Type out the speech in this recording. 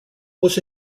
was